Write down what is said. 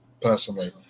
personally